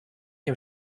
dem